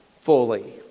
fully